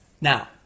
Now